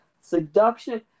seduction